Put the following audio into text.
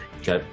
Okay